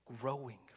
growing